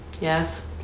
Yes